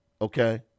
Okay